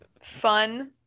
fun